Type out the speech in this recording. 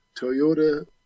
toyota